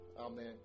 Amen